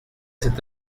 cet